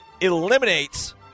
eliminates